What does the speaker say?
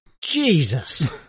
Jesus